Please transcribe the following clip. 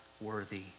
worthy